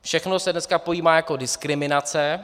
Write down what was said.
Všechno se dneska pojímá jako diskriminace.